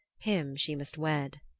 him she must wed.